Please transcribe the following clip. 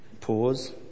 Pause